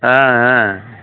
ஆ ஆ